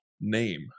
name